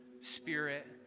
spirit